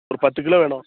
ஒரு பத்து கிலோ வேணும்